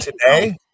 today